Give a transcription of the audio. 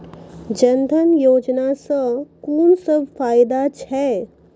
जनधन योजना सॅ कून सब फायदा छै?